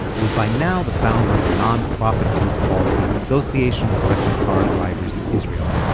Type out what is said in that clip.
who was by now the founder of a non-profit group called the association of electric car drivers in israel,